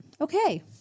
okay